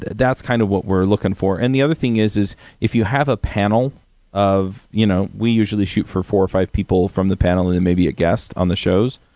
that's kind of what we're looking for. and the other thing is, is if you have a panel of you know we usually shoot for four or five people from the panel. it and may be a guest on the shows.